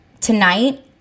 tonight